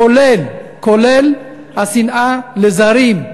כולל השנאה לזרים,